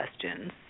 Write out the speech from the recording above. questions